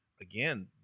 again